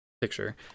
picture